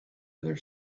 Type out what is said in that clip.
other